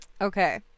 Okay